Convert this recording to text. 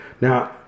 Now